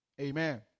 Amen